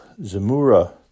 Zemura